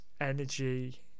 energy